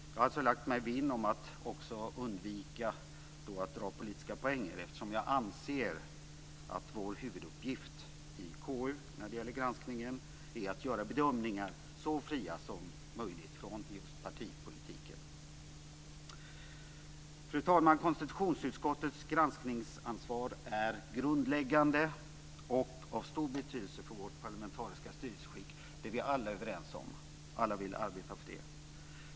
Jag har alltså lagt mig vinn om att också undvika att dra politiska poänger eftersom jag anser att vår huvuduppgift i KU när det gäller granskningen är att göra bedömningar så fria som möjligt från just partipolitiken. Fru talman! Konstitutionsutskottets granskningsansvar är grundläggande och av stor betydelse för vårt parlamentariska styrelseskick. Det är vi alla överens om, och vi arbetar alla i den andan.